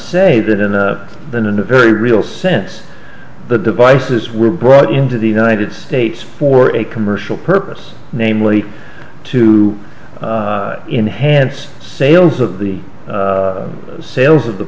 say that in a than in a very real sense the devices were brought into the united states for a commercial purpose namely to enhance sales of the sales of the